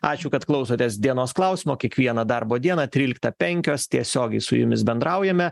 ačiū kad klausotės dienos klausimo kiekvieną darbo dieną tryliktą penkios tiesiogiai su jumis bendraujame